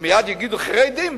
ומייד יגידו: חרדים.